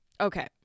Okay